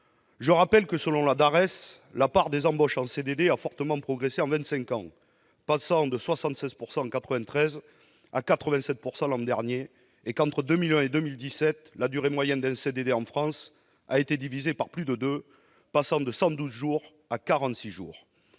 des études et des statistiques, la part des embauches en CDD a fortement progressé en vingt-cinq ans, passant de 76 % en 1993 à 87 % l'an dernier, et que, entre 2001 et 2017, la durée moyenne d'un CDD en France a été divisée par plus de deux, passant de 112 jours à 46 jours.